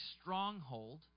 stronghold